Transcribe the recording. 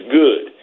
good